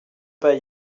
pas